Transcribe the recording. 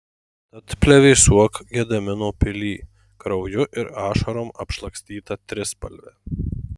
tad plevėsuok gedimino pily krauju ir ašarom apšlakstyta trispalve